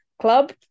club